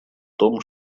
том